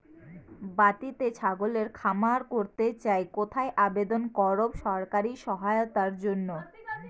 বাতিতেই ছাগলের খামার করতে চাই কোথায় আবেদন করব সরকারি সহায়তার জন্য?